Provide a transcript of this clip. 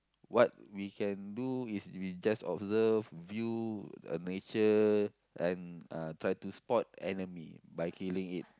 what we can do is we just observe view nature and uh try to spot enemy by killing it